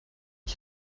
ich